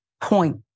point